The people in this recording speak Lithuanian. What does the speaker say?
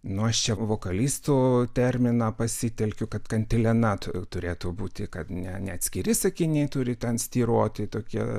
nu aš čia vokalistų terminą pasitelkiu kad kantilena turėtų būti kad ne ne atskiri sakiniai turi ten styroti tokia